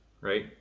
right